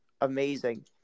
amazing